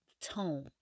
tone